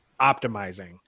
optimizing